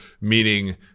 meaning